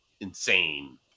insane